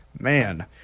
Man